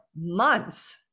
months